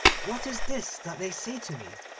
what is this that they say to me?